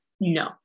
No